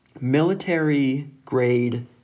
military-grade